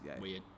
weird